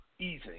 Easy